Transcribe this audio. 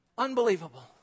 Unbelievable